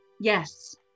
Yes